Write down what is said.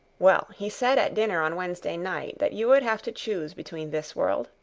well, he said at dinner on wednesday night, that you would have to choose between this world,